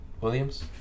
Williams